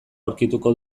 aurkituko